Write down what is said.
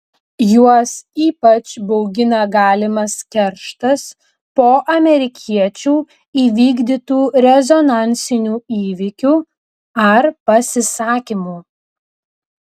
juos ypač baugina galimas kerštas po amerikiečių įvykdytų rezonansinių įvykių ar pasisakymų